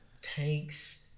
tanks